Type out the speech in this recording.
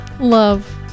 love